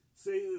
say